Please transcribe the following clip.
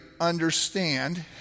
understand